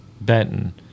Benton